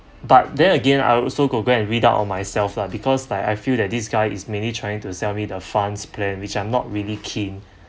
but then again I also got go and read up on myself lah because like I feel that this guy is mainly trying to sell me the funds plan which I'm not really keen